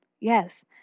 yes